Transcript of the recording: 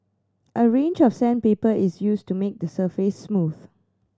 a range of sandpaper is used to make the surface smooth